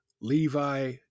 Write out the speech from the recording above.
Levi